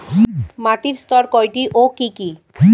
মাটির স্তর কয়টি ও কি কি?